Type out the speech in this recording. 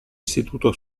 istituto